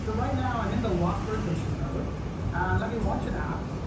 so right now, i'm in the lock rotation mode. and let me launch an app,